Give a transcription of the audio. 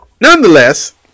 nonetheless